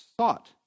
sought